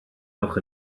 ewch